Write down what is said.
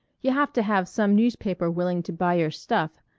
you have to have some newspaper willing to buy your stuff.